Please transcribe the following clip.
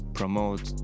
promote